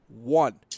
One